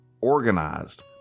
organized